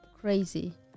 crazy